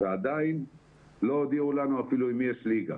ועדיין לא הודיעו לנו אם יש בכלל ליגה.